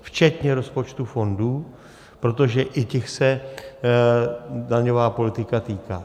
Včetně rozpočtů fondů, protože i těch se daňová politika týká.